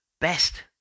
best